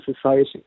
society